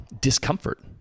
discomfort